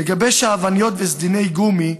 לגבי שעווניות וסדיני גומי,